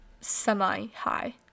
semi-high